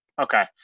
Okay